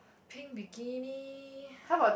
pink bikini